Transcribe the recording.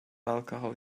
alcohol